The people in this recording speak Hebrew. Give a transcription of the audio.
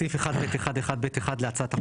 בסעיף 1(ב1)(1)(ב)(1) להצעת החוק,